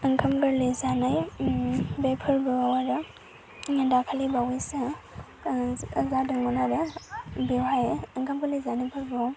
ओंखाम गोरलै जानाय बे फोरबोआव आङो दाखालि बावैसो जादोंमोन आरो बेवहाय ओंखाम गोरलै जानाय फोरबोआव